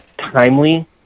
timely